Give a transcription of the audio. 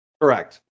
correct